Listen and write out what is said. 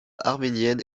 arménienne